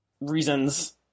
reasons